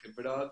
החברה,